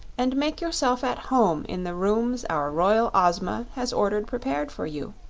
and make yourself at home in the rooms our royal ozma has ordered prepared for you.